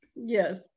yes